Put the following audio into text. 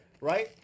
right